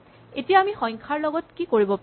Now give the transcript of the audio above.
এতিয়া আমি সংখ্যাৰ লগত কি কৰিব পাৰিম